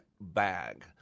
bag